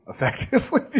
effectively